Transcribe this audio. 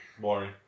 boring